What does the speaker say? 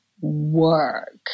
work